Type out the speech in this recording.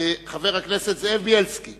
חבר הכנסת זאב בילסקי